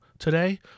Today